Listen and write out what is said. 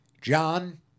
John